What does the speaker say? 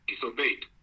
disobeyed